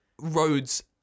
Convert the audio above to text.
roads